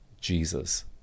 Jesus